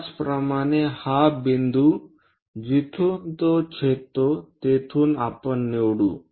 त्याचप्रमाणे हा बिंदू जिथून तो छेदतो तेथून आपण निवडू